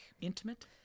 Intimate